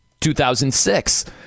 2006